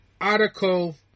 article